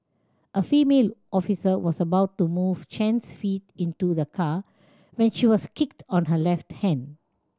a female officer was about to move Chen's feet into the car when she was kicked on her left hand